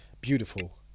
Beautiful